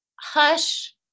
Hush